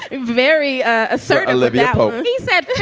very ah sorry. olivia pope, he said.